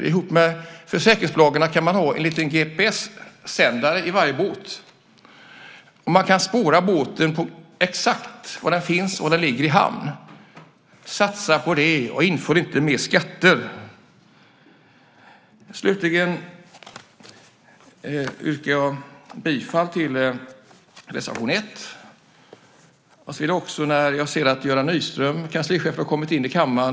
Man kan komma överens med försäkringsbolagen om en liten GPS-sändare i varje båt. Man kan då spåra exakt var båten finns och om den ligger i hamn. Satsa på det, och inför inte fler skatter. Jag yrkar bifall till reservation 1. Jag ser att trafikutskottets kanslichef Göran Nyström har kommit in i kammaren.